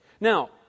Now